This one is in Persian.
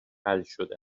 حلشده